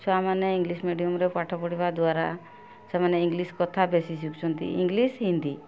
ଛୁଆମାନେ ଇଂଲିଶ୍ ମିଡ଼ିୟମ୍ରେ ପାଠ ପଢ଼ିବା ଦ୍ୱାରା ସେମାନେ ଇଂଲିଶ୍ କଥା ବେଶି ଶିଖୁଛନ୍ତି ଇଂଲିଶ୍ ହିନ୍ଦୀ